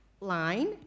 line